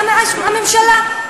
זו הממשלה,